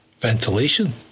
ventilation